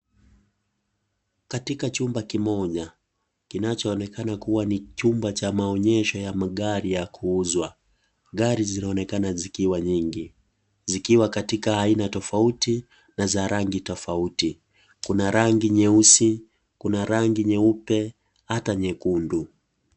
Katika chumba kimoja kinachoonekana ni chumba cha maonyesho ya magari ya kuuzwa. Gari zinaonekana zikiwa nyingi. Zikiwa katika aina tofauti na za rangi tofauti. Kuna rangi nyeusi, kuna rangi nyeupe hata nyekundu.